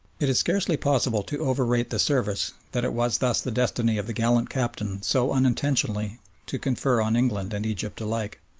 it is scarcely possible to overrate the service that it was thus the destiny of the gallant captain so unintentionally to confer on england and egypt alike.